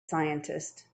scientist